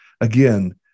again